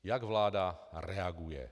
Jak vláda reaguje?